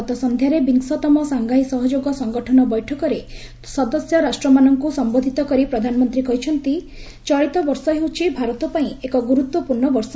ଗତ ସନ୍ଧ୍ୟାରେ ବିଂଶତମ ସାଘାଇ ସହଯୋଗ ସଙ୍ଗଠନ ବୈଠକରେ ସଦସ୍ୟ ରାଷ୍ଟ୍ରମୁଖ୍ୟମାନଙ୍କୁ ସମ୍ଜୋଧିତ କରି ପ୍ରଧାନମନ୍ତ୍ରୀ କହିଛନ୍ତି ଚଳିତ ବର୍ଷ ହେଉଛି ଭାରତ ପାଇଁ ଏକ ଗୁରତ୍ୱପୂର୍ଣ୍ଣ ବର୍ଷ